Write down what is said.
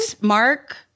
Mark